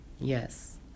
yes